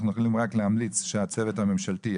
אנחנו יכולים רק להמליץ שהצוות הממשלתי,